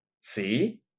See